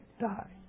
die